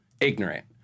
ignorant